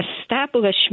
establishment